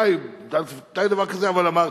שפתותי דבר כזה, אבל אמרתי,